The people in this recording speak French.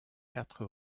quatre